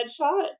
headshot